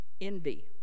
envy